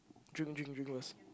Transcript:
drink drink drink first